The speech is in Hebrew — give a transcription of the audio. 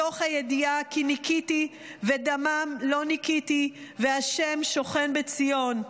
מתוך הידיעה כי "ניקיתי דמם לא ניקיתי וה' שֹכן בציון".